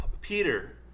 Peter